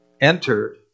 entered